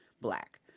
black